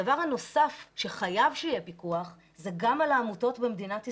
הדבר הנוסף שחייב שיהיה פיקוח זה גם על העמותות במדינת ישראל.